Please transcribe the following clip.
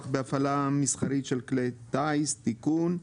בהפעלה מסחרית של כלי טיס) (תיקון),